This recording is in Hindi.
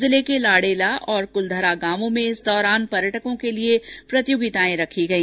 जिले के लाडेला और कुलधरा गांवों में इस दौरान पर्यटकों के लिए प्रतियोगिताएं रखी गई